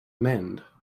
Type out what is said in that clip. mend